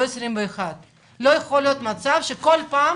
אבל לא 21. לא יכול להיות מצב שכל פעם